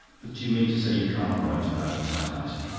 but do you mean to say you can't write without a typewriter?